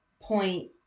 point